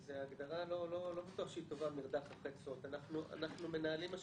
זו הגדרה שהיא לא כל כך טובה, מרדף אחרי תשואות.